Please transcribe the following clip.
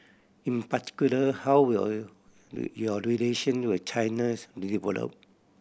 in particular how will your relation with China's